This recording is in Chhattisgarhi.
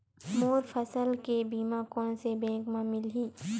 मोर फसल के बीमा कोन से बैंक म मिलही?